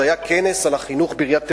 זה היה כנס על החינוך בעיריית תל-אביב.